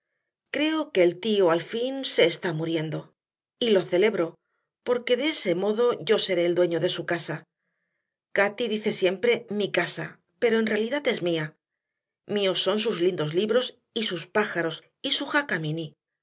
creo que el tío al fin se está muriendo y lo celebro porque de ese modo yo seré el dueño de su casa cati dice siempre mi casa pero en realidad es mía míos son sus lindos libros y sus pájaros y su jaca m inny